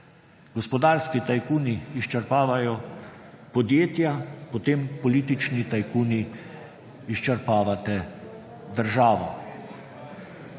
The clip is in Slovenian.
gospodarski tajkuni izčrpavajo podjetja, potem politični tajkuni izčrpavate državo.